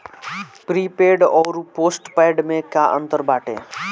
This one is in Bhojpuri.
प्रीपेड अउर पोस्टपैड में का अंतर बाटे?